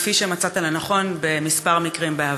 כפי שמצאת לנכון בכמה מקרים בעבר?